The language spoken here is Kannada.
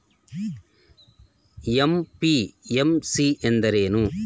ಎಂ.ಪಿ.ಎಂ.ಸಿ ಎಂದರೇನು?